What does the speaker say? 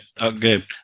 okay